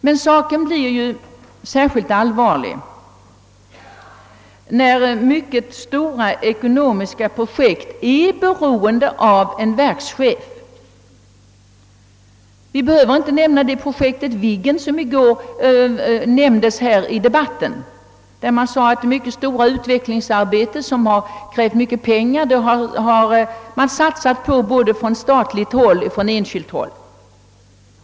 Men saken blir särskilt allvarlig när mycket stora ekonomiska avgöranden är beroende av en verkschef. Vi behöver bara nämna projektet Viggen som det talades om under debatten här i går, då det framhölls att det omfattande utvecklingsarbetet krävt mycket pengar, som satsats från både statligt och enskilt håll.